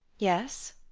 yes!